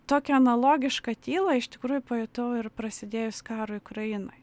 tokią analogišką tylą iš tikrųjų pajutau ir prasidėjus karui ukrainoj